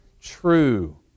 true